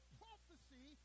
prophecy